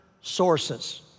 sources